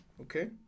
okay